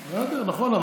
נכון,